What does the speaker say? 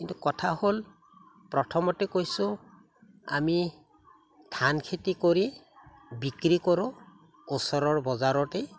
কিন্তু কথা হ'ল প্ৰথমতে কৈছোঁ আমি ধান খেতি কৰি বিক্ৰী কৰোঁ ওচৰৰ বজাৰতেই